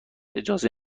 اجازه